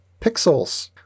pixels